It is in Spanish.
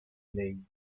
ley